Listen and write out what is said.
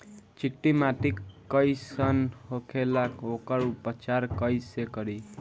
चिकटि माटी कई सन होखे ला वोकर उपचार कई से करी?